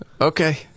Okay